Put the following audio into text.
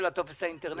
של הטופס האינטרנטי?